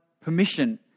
permission